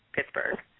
Pittsburgh